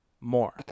more